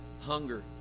hunger